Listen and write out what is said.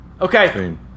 Okay